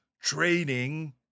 training